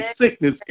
sickness